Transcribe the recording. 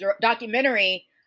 documentary